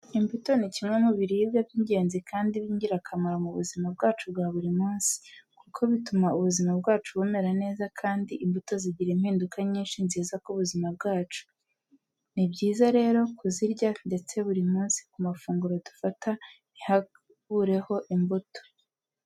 Imbuto ni kimwe mu biribwa by'ingenzi kandi by'ingirakamaro mu buzima bwacu bwa buri munsi, kuko bituma ubuzima bwacu bumera neza kandi imbuto zigira impinduka nyinshi nziza ku buzima bwacu. Ni byiza rero kuzirya ndetse buri munsi ku mafunguro dufata ntihabureho imbuto.